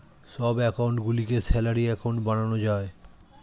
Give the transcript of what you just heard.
সব অ্যাকাউন্ট গুলিকে salary account বানানো যায়